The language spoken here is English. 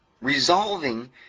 resolving